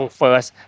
first